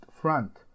front